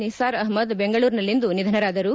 ನಿಸಾರ್ ಅಹಮದ್ ಬೆಂಗಳೂರಿನಲ್ಲಿಂದು ನಿಧನರಾದರು